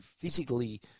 physically